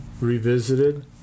revisited